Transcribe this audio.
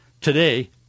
today